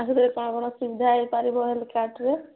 ଆଉ ସେଥିରେ କଣ କ'ଣ ସୁବିଧା ହୋଇପାରିବ ହେଲ୍ଥ୍ କାର୍ଟରେ